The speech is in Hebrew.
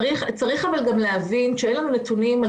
צריך גם להבין שאין לנו נתונים על